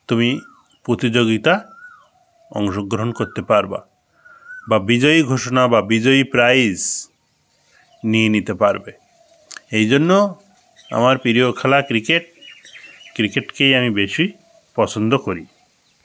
তুমি প্রতিযোগিতা অংশগ্রহণ করতে পারবা বা বিজয়ী ঘোষণা বা বিজয়ী প্রাইস নিয়ে নিতে পারবে এই জন্য আমার প্রিয় খেলা ক্রিকেট ক্রিকেটকেই আমি বেশি পছন্দ করি